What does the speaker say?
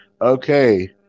Okay